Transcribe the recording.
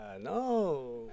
No